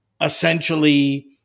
essentially